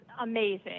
amazing